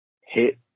hit